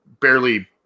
barely